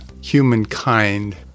humankind